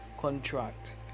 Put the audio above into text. contract